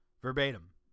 Verbatim